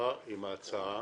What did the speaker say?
נשאר עם ההצעה